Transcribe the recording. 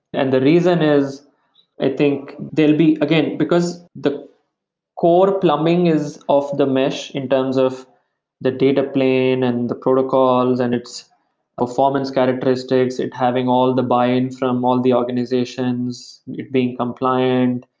and the reason is i think, they'll be again, because the core plumbing is off the mesh in terms of the data plane and the protocols and its performance characteristics, it having all the buy-in from all the organizations, it being compliant,